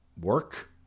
work